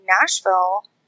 Nashville